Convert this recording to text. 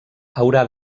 haurà